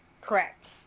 Correct